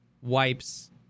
wipes